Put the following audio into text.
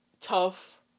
tough